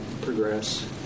progress